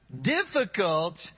difficult